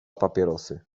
papierosy